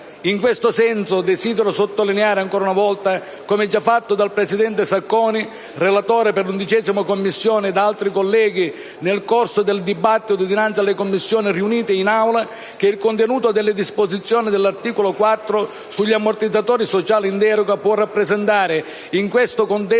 In questo senso, desidero sottolineare ancora una volta, come già fatto dal presidente Sacconi, relatore per l'11a Commissione, e da altri colleghi nel corso del dibattito dinanzi alle Commissioni riunite ed in Aula, che il contenuto delle disposizioni dell'articolo 4 sugli ammortizzatori sociali in deroga può rappresentare, in questo contesto